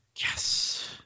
Yes